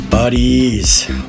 Buddies